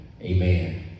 amen